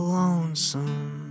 lonesome